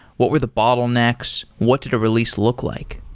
what were the bottle necks, what did a release look like?